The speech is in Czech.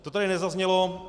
To tady nezaznělo.